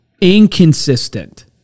inconsistent